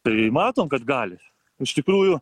tai matom kad gali iš tikrųjų